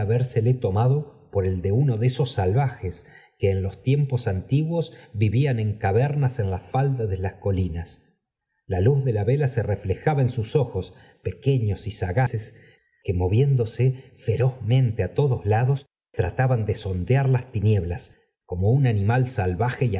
habérsele tomado por el do uno de esos salvajes que en los tiempos antiguos vivían en cavernas en las faldas de las colinas la luz de la vela se reflejaba en sus ojos pequeños y sagaces que moviéndose ferozmente á todos lados trataban de sondear las tinieblas como un animal salvaje